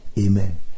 Amen